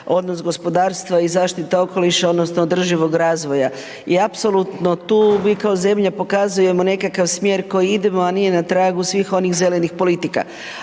odnos gospodarstva i zaštita okoliša odnosno održivog razvoja. I apsolutno tu mi kao zemlja pokazujemo nekakav smjera kojim idemo a nije na tragu svih onih zelenih politika